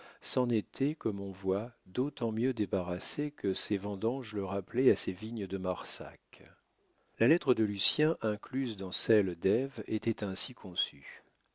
s'en étaient comme on voit d'autant mieux débarrassés que ses vendanges le rappelaient à ses vignes de marsac la lettre de lucien incluse dans celle d'ève était ainsi conçue